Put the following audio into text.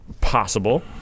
possible